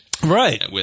Right